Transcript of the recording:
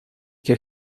qué